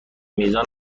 میزان